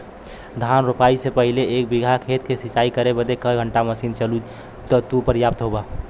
धान रोपाई से पहिले एक बिघा खेत के सिंचाई करे बदे क घंटा मशीन चली तू पर्याप्त होई?